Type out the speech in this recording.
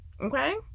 Okay